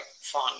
fun